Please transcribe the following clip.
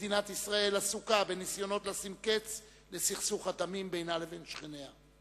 מדינת ישראל עסוקה בניסיונות לשים קץ לסכסוך הדמים בינה לבין שכנותיה.